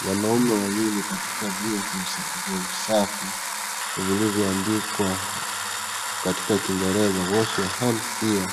Wanaume wawili katika vyoo vya usafi vilivyo andikwa katika kiingereza wash your hands here